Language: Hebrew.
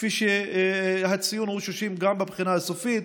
כפי שהציון הוא 60 גם בבחינה הסופית.